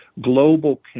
global